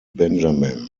benjamin